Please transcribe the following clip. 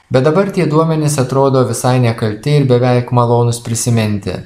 bet dabar tie duomenys atrodo visai nekalti ir beveik malonūs prisiminti